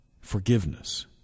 forgiveness